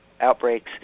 outbreaks